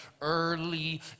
early